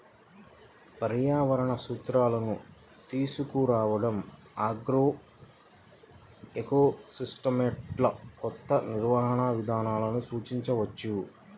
పర్యావరణ సూత్రాలను తీసుకురావడంఆగ్రోఎకోసిస్టమ్లోకొత్త నిర్వహణ విధానాలను సూచించవచ్చు